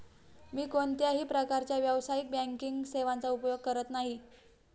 मी कोणत्याही प्रकारच्या व्यावसायिक बँकिंग सेवांचा उपयोग करत नाही